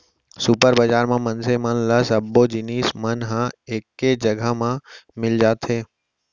super बजार म मनसे मन ल सब्बो जिनिस मन ह एके जघा म मिल जाथे